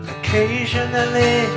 Occasionally